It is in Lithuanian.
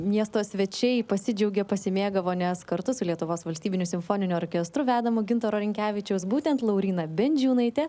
miesto svečiai pasidžiaugė pasimėgavo nes kartu su lietuvos valstybiniu simfoniniu orkestru vedamu gintaro rinkevičiaus būtent lauryna bendžiūnaitė